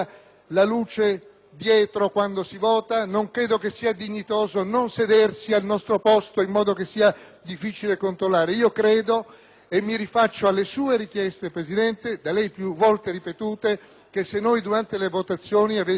nostro quando si vota. Non credo che sia dignitoso non sedersi al nostro posto in modo che sia difficile controllare. Io credo - e mi rifaccio alle richieste da lei più volte ripetute, Presidente - che se noi durante le votazioni fossimo